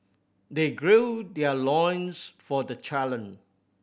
they gird their loins for the challenge